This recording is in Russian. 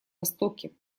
востоке